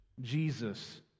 Jesus